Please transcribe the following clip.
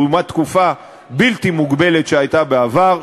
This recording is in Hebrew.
לעומת תקופה בלתי-מוגבלת שהייתה בעבר,